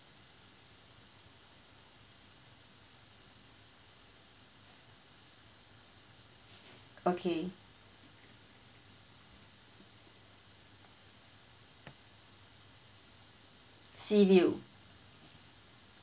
okay seaview